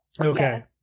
Okay